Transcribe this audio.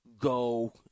go